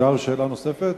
אפשר שאלה נוספת?